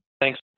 Thanks